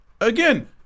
Again